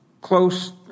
close